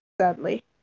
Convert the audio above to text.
Sadly